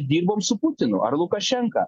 dirbom su putinu ar lukašenka